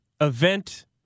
event